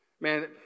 Man